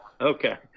Okay